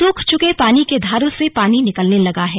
सूख चुके पानी के धारों से पानी निकलने लगा है